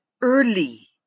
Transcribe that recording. early